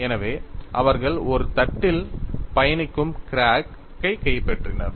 எனவே அவர்கள் ஒரு தட்டில் பயணிக்கும் கிராக்கை கைப்பற்றினர்